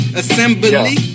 assembly